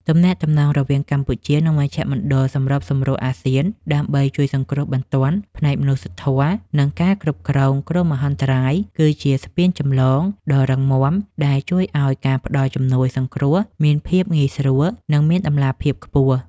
ទំនាក់ទំនងរវាងកម្ពុជា និងមជ្ឈមណ្ឌលសម្របសម្រួលអាស៊ាន ដើម្បីជួយសង្គ្រោះបន្ទាន់ផ្នែកមនុស្សធម៌ និងការគ្រប់គ្រងគ្រោះមហន្តរាយ គឺជាស្ពានចម្លងដ៏រឹងមាំដែលជួយឱ្យការផ្តល់ជំនួយសង្គ្រោះមានភាពងាយស្រួល និងមានតម្លាភាពខ្ពស់។